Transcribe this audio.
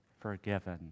forgiven